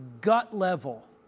gut-level